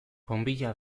bonbilla